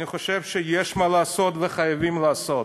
אני חושב שיש מה לעשות, וחייבים לעשות.